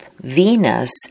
Venus